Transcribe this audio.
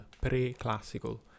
pre-classical